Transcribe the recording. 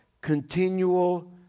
continual